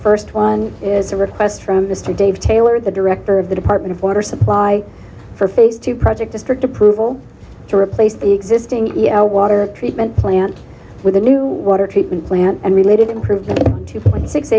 first one is a request from this to dave taylor the director of the department of water supply for phase two project district approval to replace the existing water treatment plant with a new water treatment plant and related improvement two point six